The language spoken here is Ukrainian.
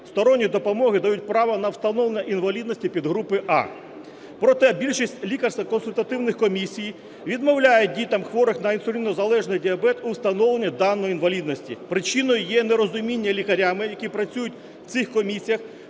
сторонньої допомоги дають право на встановлення інвалідності підгрупи А. Проте, більшість лікарсько-консультативних комісій відмовляють дітям, хворим на інсулінозалежний діабет, у встановлені даної інвалідності, причиною є нерозуміння лікарями, які працюють в цих комісіях